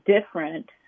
different